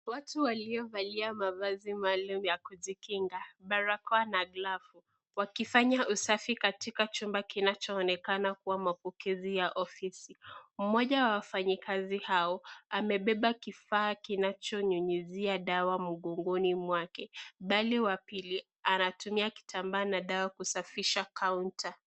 Watu waliovalia mavai maalum ya kujikinga, barakoa na glavu wakifanya usafi katika chumba kinachoonekana kuwa mapokezi ya ofisi. Mmoja wa wafanyakazi hao amebeba kifaa kinachonyunyizia dawa mgongoni mwake bali wa pili anatumia kitambaa na dawa kusafisha kaunta.